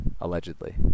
allegedly